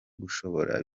gushobora